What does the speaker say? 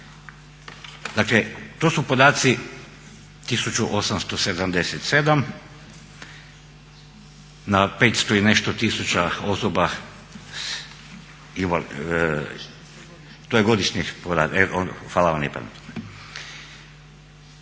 Dakle, to su podaci 1877 na 500 i nešto tisuća osoba, to je godišnji podatak.